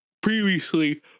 previously